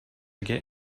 get